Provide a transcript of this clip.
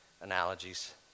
analogies